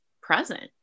present